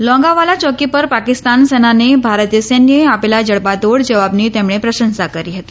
લોંગાવાલા ચૉકી પર પાકિસ્તાન સેનાને ભારતીય સૈન્યએ આપેલા જડબાતોડ જવાબની તેમણે પ્રશંસા કરી હતી